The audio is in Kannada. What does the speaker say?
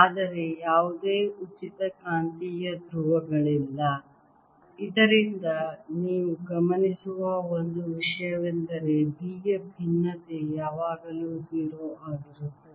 ಆದರೆ ಯಾವುದೇ ಉಚಿತ ಕಾಂತೀಯ ಧ್ರುವಗಳಿಲ್ಲ ಇದರಿಂದ ನೀವು ಗಮನಿಸುವ ಒಂದು ವಿಷಯವೆಂದರೆ B ಯ ಭಿನ್ನತೆ ಯಾವಾಗಲೂ 0 ಆಗಿರುತ್ತದೆ